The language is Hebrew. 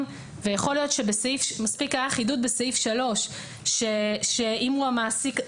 ויכול להיות שמספיק היה חידוד בסעיף 3 שאם הוא המעסיק,